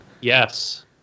Yes